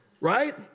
right